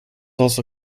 also